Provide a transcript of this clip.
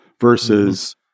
Versus